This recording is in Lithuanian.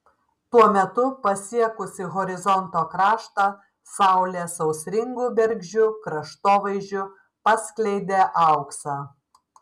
tuo metu pasiekusi horizonto kraštą saulė sausringu bergždžiu kraštovaizdžiu paskleidė auksą